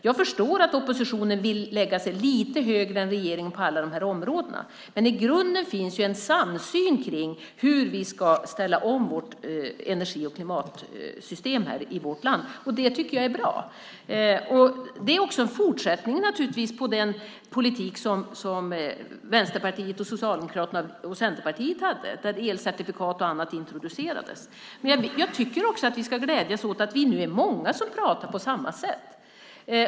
Jag förstår att oppositionen vill lägga sig lite högre än regeringen på alla de här områdena, men i grunden finns ju en samsyn kring hur vi ska ställa om energi och klimatsystemet i vårt land, och det tycker jag är bra. Det är naturligtvis också en fortsättning på den politik som Vänsterpartiet, Socialdemokraterna och Centerpartiet hade, där elcertifikat och annat introducerades. Jag tycker också att vi ska glädjas åt att vi nu är många som pratar på samma sätt.